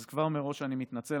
אז כבר מראש אני מתנצל.